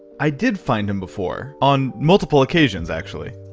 i did find him before. on multiple occasions actually.